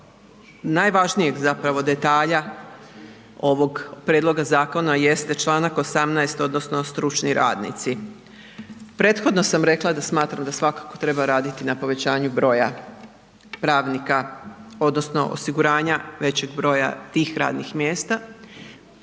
najvažnijeg zapravo detalja ovog prijedloga zakona jeste Članak 18. odnosno stručni radnici. Prethodno sam rekla da smatram da svakako treba raditi na povećanju broja pravnika odnosno osiguranja većeg broja tih radnih mjesta.